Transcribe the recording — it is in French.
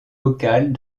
locales